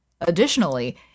Additionally